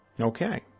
Okay